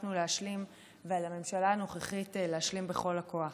הספקנו להשלים ועל הממשלה הנוכחית להשלים בכל הכוח.